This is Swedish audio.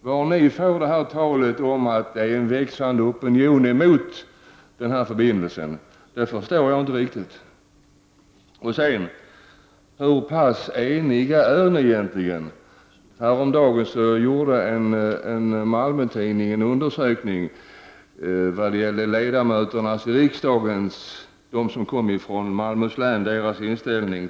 Varifrån ni hämtar underlaget för talet om att det är växande opinion mot en sådan förbindelse förstår jag därför inte. Och hur pass eniga är ni egentligen inom partiet? Häromdagen publicerade en Malmötidning en undersökning om inställningen hos riksdagsmännen från Malmöhus län till en sådan här förbindelse.